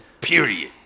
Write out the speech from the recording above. Period